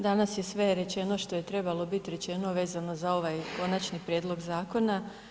Danas je sve rečeno što je trebalo biti rečeno vezano za ovaj konačni prijedlog zakona.